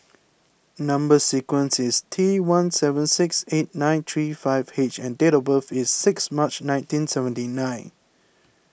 Number Sequence is T one seven six eight nine three five H and date of birth is six March nineteen seventy nine